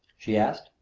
she asked,